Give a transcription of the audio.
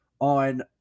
on